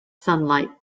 sunlight